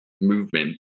movement